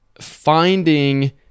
finding